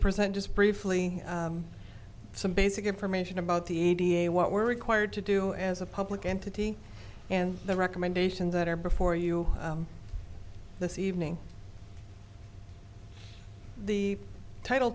present just briefly some basic information about the a da what we're required to do as a public entity and the recommendation that are before you this evening the title